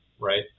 right